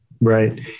Right